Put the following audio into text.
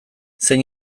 zein